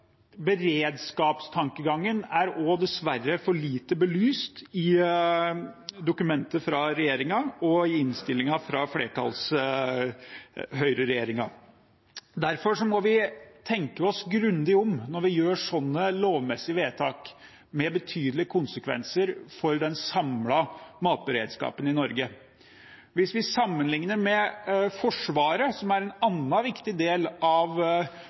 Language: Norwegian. beredskapstankegangen er dessverre for lite belyst i dokumentet fra regjeringen og fra flertallet i innstillingen. Derfor må vi tenke oss grundig om når vi gjør slike lovmessige vedtak med betydelige konsekvenser for den samlede matberedskapen i Norge. Hvis vi sammenligner med Forsvaret, som er en annen viktig del av